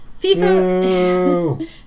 FIFA